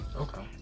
Okay